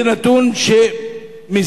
זה נתון מזעזע.